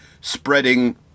spreading